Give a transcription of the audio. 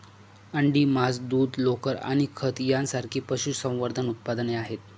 अंडी, मांस, दूध, लोकर आणि खत यांसारखी पशुसंवर्धन उत्पादने आहेत